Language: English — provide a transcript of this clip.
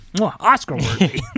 Oscar-worthy